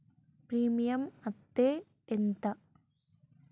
Premium అత్తే ఎంత?